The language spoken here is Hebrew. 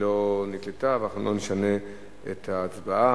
שלא נקלטה, ואנחנו לא נשנה את ההצבעה.